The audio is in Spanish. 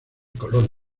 color